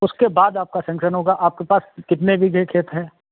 उसके बाद आपका सेंगशन होगा आपके पास कितने बीघे खेत हैं